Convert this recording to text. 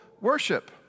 worship